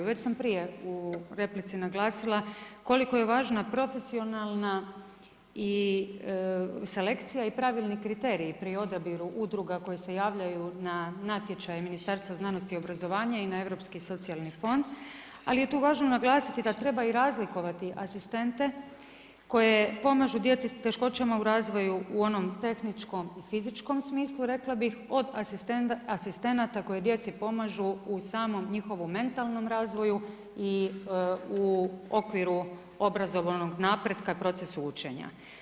Već sam prije u replici naglasila koliko je važna profesionalna selekcija i pravilni kriterij pri odabiru udruga koje se javljaju na natječaj Ministarstva znanosti i obrazovanja i na Europski socijalni fond, ali tu je važno naglasiti da treba i razlikovati asistente koje pomažu djeci s teškoćama u razvoju u onom tehničkom i fizičkom smislu rekla bih od asistenata koja djeci pomažu u samom njihovom mentalnom razvoju i u okviru obrazovnog napretka i prosu učenja.